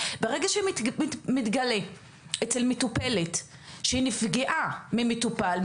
ברגע שמתגלה אצל מטופלת שהיא נפגעה ממטופל,